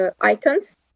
icons